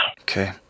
Okay